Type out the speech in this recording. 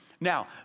Now